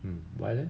mm but then